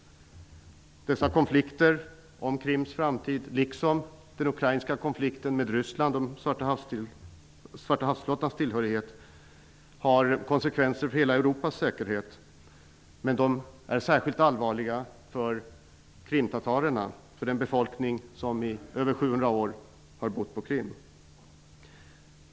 Dessa konflikter om Krims framtid liksom den ukrainska konflikten med Ryssland om Svarta havs-flottans tillhörighet har konsekvenser för hela Europas säkerhet. Men de är särskilt allvarliga för krimtatarerna, den befolkning som i över 700 år har bott på Krim.